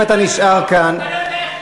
אתה לא יודע איך לקיים ישיבה.